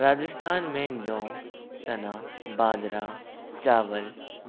राजस्थान में जौ चना बाजरा चावल